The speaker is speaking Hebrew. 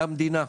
זה המדינה.